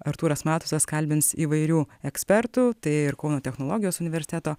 artūras matusas kalbins įvairių ekspertų tai ir kauno technologijos universiteto